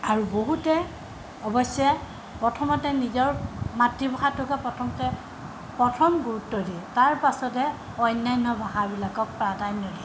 আৰু বহুতে অৱশ্যে প্ৰথমতে নিজৰ মাতৃভাষাটোকে প্ৰথমতে প্ৰথম গুৰুত্ব দিয়ে তাৰ পাছতে অন্যান্য ভাষাবিলাকক প্ৰাধান্য দিয়ে